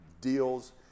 deals